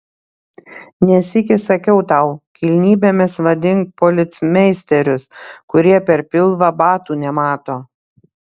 ne sykį sakiau tau kilnybėmis vadink policmeisterius kurie per pilvą batų nemato